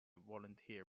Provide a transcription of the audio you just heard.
volunteer